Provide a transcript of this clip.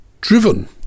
driven